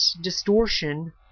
distortion